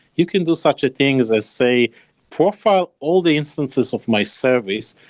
you can do such a thing as as say profile all the instances of my service.